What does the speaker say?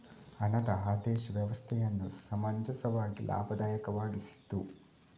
ಹಣದ ಆದೇಶ ವ್ಯವಸ್ಥೆಯನ್ನು ಸಮಂಜಸವಾಗಿ ಲಾಭದಾಯಕವಾಗಿಸಿತು